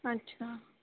ਅੱਛਾ